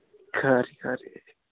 खरी खरी